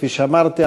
כפי שאמרתי,